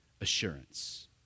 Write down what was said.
assurance